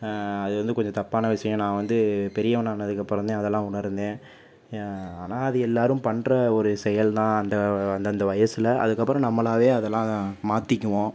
அது வந்து கொஞ்சம் தப்பான விஷயம் நான் வந்து பெரியவனா ஆனதுக்கப்புறம் தான் வந்து அதெல்லாம் உணர்ந்தேன் ஆனால் அது எல்லோரும் பண்ணுற ஒரு செயல்தான் அந்த அந்தந்த வயசில் அதுக்கப்புறம் நம்பளாவே அதெல்லாம் மாற்றிக்கிவோம்